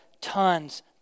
tons